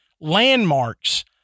landmarks